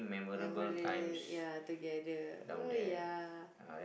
remember this ya together oh ya